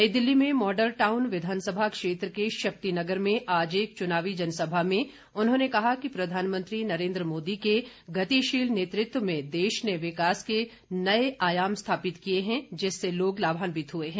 नई दिल्ली में Model Town विधानसभा क्षेत्र के शक्ति नगर में आज एक चुनावी जनसभा में उन्होंने कहा कि प्रधानमंत्री नरेन्द्र मोदी के गतिशील नेतृत्व में देश ने विकास के नए आयाम स्थापित किए हैं जिससे लोग लाभान्वित हुए हैं